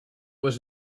was